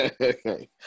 Okay